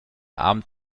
abend